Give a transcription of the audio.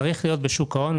צריך להיות בשוק ההון.